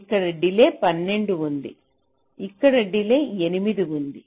ఇక్కడ డిలే 12 ఉంది ఇక్కడ డిలే 8 ఉంది